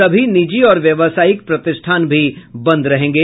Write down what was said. सभी निजी और व्यावसायिक प्रतिष्ठान भी बंद रहेंगे